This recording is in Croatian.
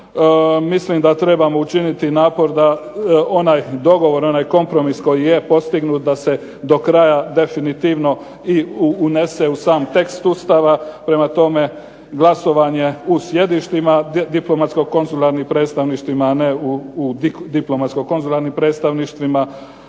Mislim da trebamo učiniti napor da onaj dogovor, onaj kompromis koji je postignut da se do kraja definitivno i unese u sam tekst Ustava, prema tome glasovanje u sjedištima diplomatsko konzularnim predstavništvima, a ne u diplomatsko konzularnim predstavništvima.